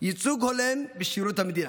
ייצוג הולם בשירות המדינה.